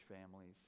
families